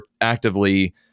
actively